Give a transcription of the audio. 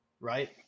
right